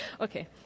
Okay